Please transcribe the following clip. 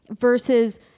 versus